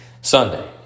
Sunday